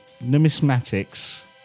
numismatics